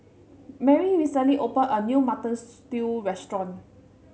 Marry recently opened a new Mutton Stew restaurant